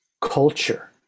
culture